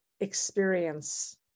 experience